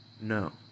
No